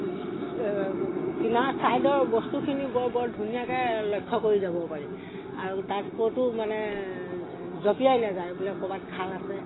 কিনাৰৰ ছাইডৰ বস্তুখিনি বৰ ধুনীয়াকৈ লক্ষ্য কৰি যাব পাৰি আৰু তাত ক'তো মানে জপিয়াই নাযায় বোলে ক'ৰবাত খাল আছে